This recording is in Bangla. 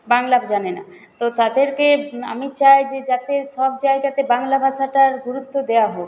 বাংলা জানে না তো তাদেরকে আমি চাই যে যাতে সব জায়গাতে বাংলা ভাষাটার গুরুত্ব দেওয়া হোক